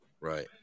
Right